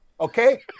Okay